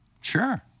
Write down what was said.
Sure